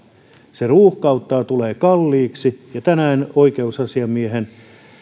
se ruuhkauttaa tulee kalliiksi ja tänään kun oikeusasiamiehen